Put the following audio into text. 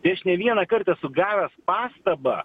tai aš ne vienąkart esu gavęs pastabą